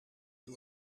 you